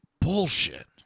bullshit